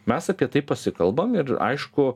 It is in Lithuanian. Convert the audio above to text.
mes apie tai pasikalbam ir aišku